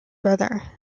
brother